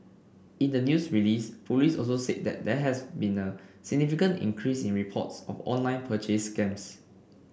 in the news release police also said that there has been a significant increase in reports of online purchase scams